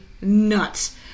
nuts